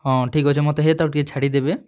ହଁ ଠିକ୍ ଅଛି ମୋତେ ଟିକେ ଛାଡ଼ିଦେବେ